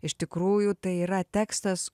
iš tikrųjų tai yra tekstas